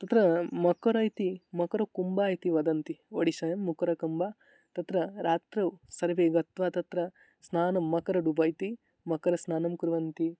तत्र मकर इति मकरकुम्बा इति वदन्ति ओडिसायां मकरकुम्ब तत्र रात्रौ सर्वे गत्वा तत्र स्नानं मकरडुबा इति मकरस्नानं कुर्वन्ति